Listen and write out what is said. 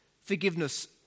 forgiveness